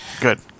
good